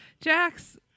Jax